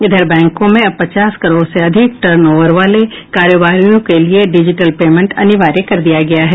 इधर बैंकों में अब पचास करोड़ से अधिक टर्न ओवर वाले कारोबारियों के लिये डिजिटल पेमेंट अनिवार्य कर दिया गया है